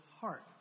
heart